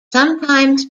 sometimes